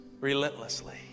Relentlessly